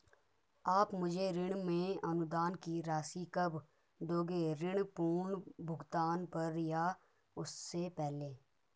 आप मुझे ऋण में अनुदान की राशि कब दोगे ऋण पूर्ण भुगतान पर या उससे पहले?